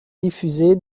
diffusée